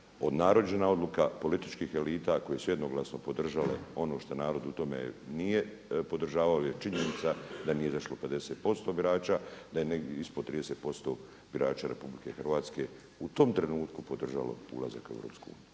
odnarođena odluka političkih elita koje su jednoglasno podržale ono što narod u tome nije podržavao je činjenica da nije izašlo 50% birača, da je negdje ispod 30% birača Republike Hrvatske u tom trenutku podržalo ulazak u EU. Hvala.